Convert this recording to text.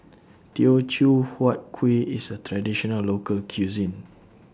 Teochew Huat Kuih IS A Traditional Local Cuisine